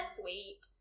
sweet